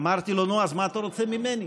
אמרתי לו: נו, אז מה אתה רוצה ממני?